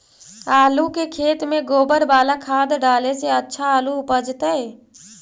आलु के खेत में गोबर बाला खाद डाले से अच्छा आलु उपजतै?